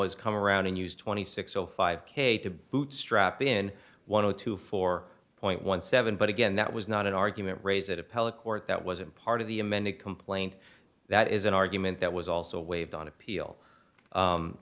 is come around and use twenty six o five k to bootstrap in one or two four point one seven but again that was not an argument raise that appellate court that wasn't part of the amended complaint that is an argument that was also waived on appeal